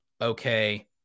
okay